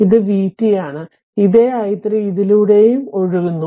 ഇത് vt ആണ് ഇതേ i 3 ഇതിലൂടെയും ഇതിലൂടെയും ഒഴുകുന്നു